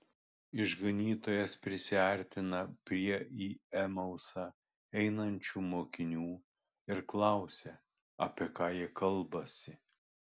išganytojas prisiartina prie į emausą einančių mokinių ir klausia apie ką jie kalbasi